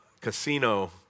casino